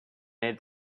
made